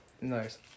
Nice